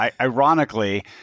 ironically